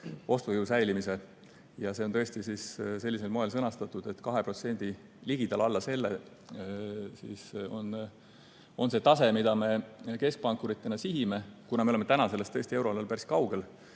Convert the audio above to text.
See on tõesti sellisel moel sõnastatud, et 2% ligidal, alla selle on see tase, mida me keskpankuritena sihime. Kuna me oleme täna sellest tõesti euroalal päris kaugel,